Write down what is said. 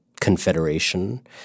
confederation